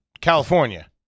California